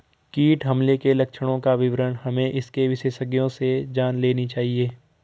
कीट हमले के लक्षणों का विवरण हमें इसके विशेषज्ञों से जान लेनी चाहिए